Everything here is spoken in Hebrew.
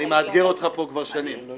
אני מאתגר אותך פה כבר שנים.